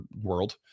world